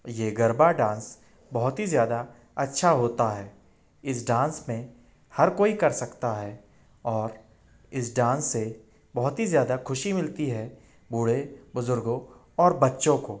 ये गरबा डांस बहुत ही ज़्यादा अच्छा होता है इस डांस में हर कोई कर सकता है और इस डांस से बहुत ही ज़्यादा ख़ुशी मिलती है बूढ़े बुज़ुर्गों और बच्चों को